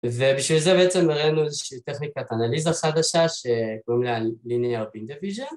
ובשביל זה בעצם הראינו איזושהי טכניקת אנליזה חדשה שקוראים לה ליניאר בין דיוויזן